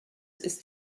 ist